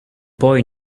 boy